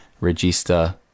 register